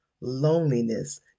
loneliness